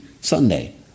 Sunday